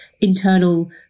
internal